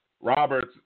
Roberts